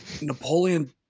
Napoleon